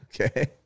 Okay